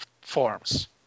forms